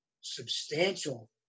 substantial